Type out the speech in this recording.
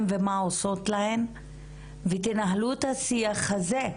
ומה עושות להם ותנהלו את השיח הזה,